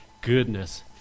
goodness